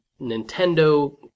Nintendo